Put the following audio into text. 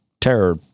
terror